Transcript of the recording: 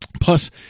Plus